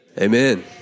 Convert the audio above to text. Amen